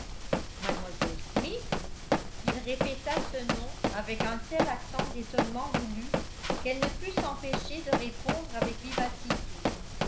mlle smith il répéta ce nom avec un tel accent d'étonnement voulu qu'elle ne put s'empêcher de répondre avec vivacité